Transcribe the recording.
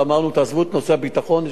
ואמרנו: תעזבו את נושא הביטחון,